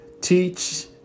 Teach